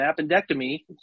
appendectomy